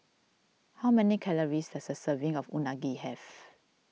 how many calories does a serving of Unagi have